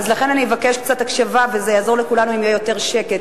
לכן אני אבקש קצת הקשבה וזה יעזור לכולנו אם יהיה יותר שקט,